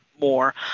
more